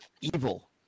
evil